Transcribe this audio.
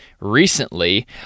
recently